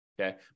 okay